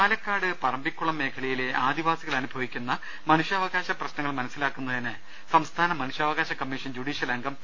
പാലക്കാട് പറമ്പിക്കുളം മേഖലയിലെ ആദിവാസികൾ അനുഭ വിക്കുന്ന മനുഷ്യാവകാശ പ്രശ്നങ്ങൾ മനസ്റ്റിലാക്കുന്നതിന് സംസ്ഥാന മനു ഷ്യാവകാശ കമ്മീഷൻ ജുഡീഷ്യൽ അംഗം പി